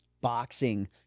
boxing